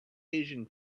asian